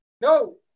No